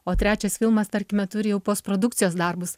o trečias filmas tarkime turi jau postprodukcijos darbus